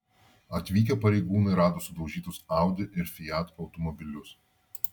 atvykę pareigūnai rado sudaužytus audi ir fiat automobilius